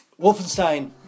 Wolfenstein